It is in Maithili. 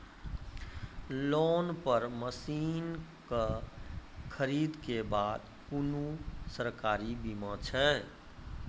लोन पर मसीनऽक खरीद के बाद कुनू सरकारी बीमा छै?